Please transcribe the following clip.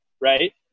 right